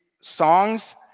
songs